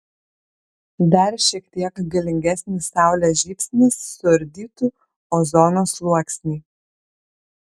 dar šiek tiek galingesnis saulės žybsnis suardytų ozono sluoksnį